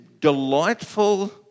delightful